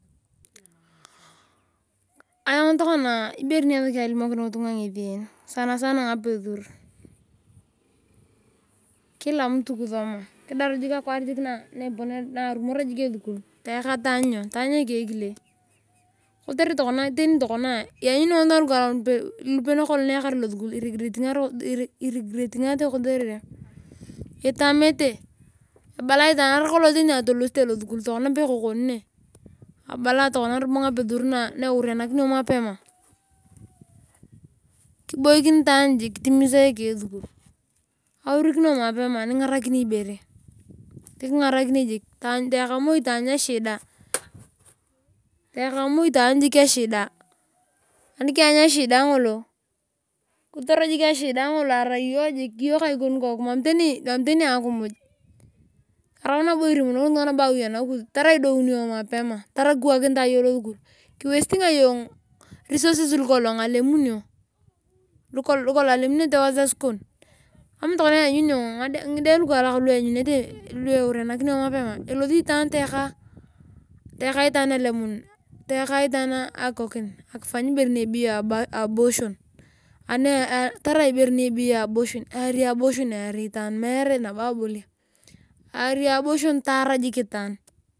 Ayong tokona ibere niasak alimokini ngitunga ngesi een sanasana ngapesur kila mtu kisoma kidaur jik akwaar nioponere nierumoria jik esukul. Teeka taany nyo taany eke ekile. Kotere tokona teri tokona lanyuri ying ngitunga lukaalak lupe kolong nyeyakara losukul iregretingate kotere itamete ebala itwaan arai kolong tanib atolarite lorukul pekekoni ne. Abala tokona ngaperur na euria nakinio mapema kibakin haan jik kitimisa eke esukul. Aurikinio mapema ningarakin ibere nikingarakini jik taeka moi taany echida. Taoka moi taany jik echida anikiany echida ngolo. Kitor jik echida ngolo arai iyong jik ka ikon koku mam tani akimiy toraa nabo irimonokini ngitunga nabo awi anakis tarai idouni yong mapema tarai kwa kiritae iyong losukul kiwestinga iyong resources lukolong alemanio. Lukulong alemunete. Wasai kon kama torona lanyuni iyong agide ngade nakaalak nianyuhete lu eurianakinio mapema elosi taan teyaka taan akikokiri akifany ibore niebeyo abotion taar jiik itaan.